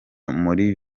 muri